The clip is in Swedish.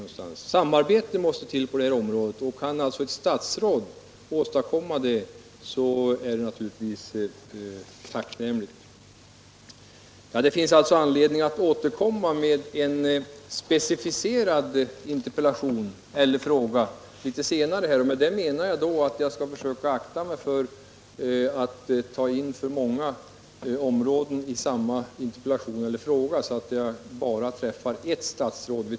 Ett samarbete måste alltså till på detta område, och kan ett statsråd åstadkomma detta är det naturligtvis tacknämligt. Det finns alltså anledning att återkomma med en specificerad fråga senare. Därmed menar jag att jag skall försöka akta mig för att ta in för många områden i samma fråga, så att jag bara får tillfälle att träffa ett statsråd.